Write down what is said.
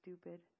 stupid